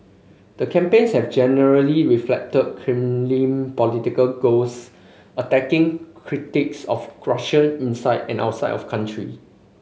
the campaigns have generally reflected Kremlin political goals attacking critics of Russia inside and outside of country